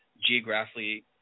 geographically